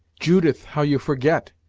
judith, how you forget!